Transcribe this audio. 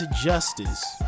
justice